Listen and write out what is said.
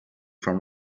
from